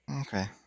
Okay